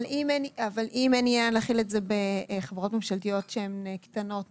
אם אין עניין להחיל את זה בחברות ממשלתיות שהן קטנות,